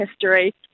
history